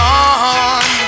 on